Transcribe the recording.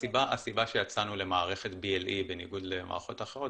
הסיבה שיצאנו למערכת BLE בניגוד למערכות אחרות,